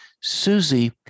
Susie